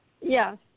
Yes